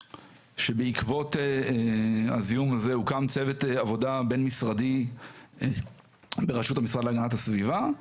בעקבות הזיהום הזה הוקם צוות עבודה בין-משרדי ברשות המשרד להגנת הסביבה.